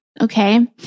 okay